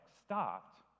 stopped